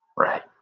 right,